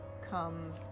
come